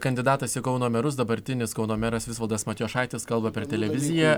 kandidatas į kauno merus dabartinis kauno meras visvaldas matijošaitis kalba per televiziją